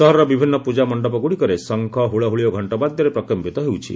ସହରର ବିଭିନ୍ନ ପୂଜାମଶ୍ତପଗୁଡ଼ିକରେ ଶଙ୍ଖ ହୁଳହୁଳି ଓ ଘଣ୍ଣବାଦ୍ୟରେ ପ୍ରକମ୍ମିତ ହେଉଛି